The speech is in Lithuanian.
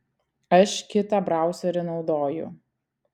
aš kitą brauserį naudoju